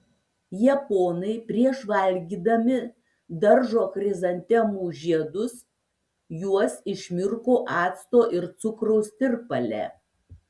japonai prieš valgydami daržo chrizantemų žiedus juos išmirko acto ir cukraus tirpale